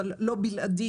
אבל לא בלעדי